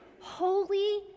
holy